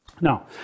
Now